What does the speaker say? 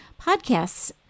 podcasts